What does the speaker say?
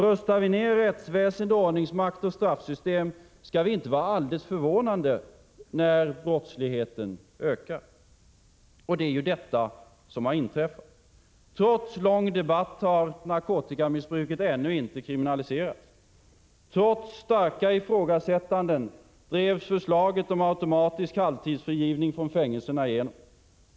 Rustar vi ned rättsväsende, ordningsmakt och straffsystem, skall vi inte vara förvånade över att brottsligheten ökar. Och det är ju detta som har inträffat. Trots lång debatt har narkotikabruket ännu inte kriminaliserats. Trots starka ifrågasättanden drevs förslaget om automatisk halvtidsfrigivning från fängelserna igenom.